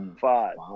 five